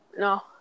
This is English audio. No